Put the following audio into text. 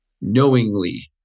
knowingly